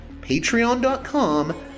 patreon.com